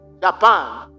Japan